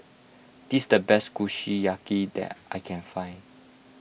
this is the best Kushiyaki that I can find